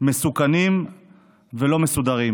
מסוכנים ולא מסודרים.